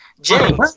James